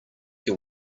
your